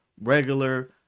regular